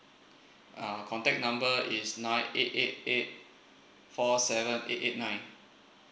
uh contact number is nine eight eight eight four seven eight eight nine